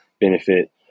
benefit